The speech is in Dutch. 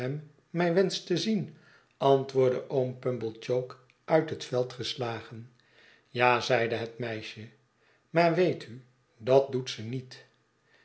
mij wenscht te zien antwoordde oom pumblechook uit het veld geslagen ja zeide het meisje maar weet u dat doet ze niet